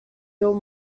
build